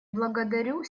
благодарю